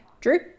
Drew